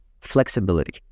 flexibility